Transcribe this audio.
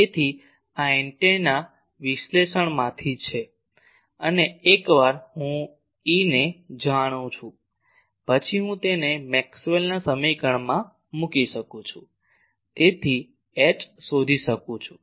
તેથી આ એન્ટેના વિશ્લેષણ માંથી છે અને એકવાર હું E ને જાણું છું પછી હું તેને મેક્સવેલના સમીકરણમાં મૂકી શકું છું અને તેથી H શોધી શકું છું